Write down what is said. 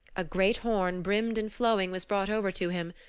a great horn, brimmed and flowing, was brought over to him.